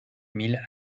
mille